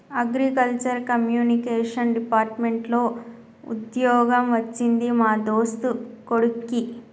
agriculture communication department లో వుద్యోగం వచ్చింది మా దోస్తు కొడిక్కి